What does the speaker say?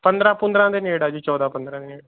ਪੰਦਰਾਂ ਪੁੰਦਰਾਂ ਦੇ ਨੇੜੇ ਹੈ ਜੀ ਚੌਦਾਂ ਪੰਦਰਾਂ ਦੇ ਨੇੜੇ